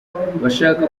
bashaka